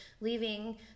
leaving